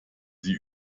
sie